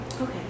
Okay